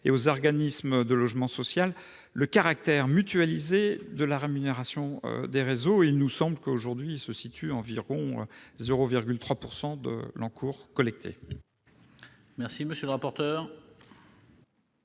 et aux organismes de logement social, le caractère mutualisé de la rémunération des réseaux, qui se situe aujourd'hui à environ 0,3 % de l'encours collecté.